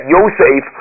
Yosef